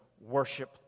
worship